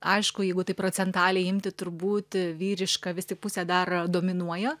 aišku jeigu taip procentaliai imti turbūt vyriška vis tik pusė dar dominuoja